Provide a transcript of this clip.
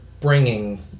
bringing